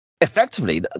effectively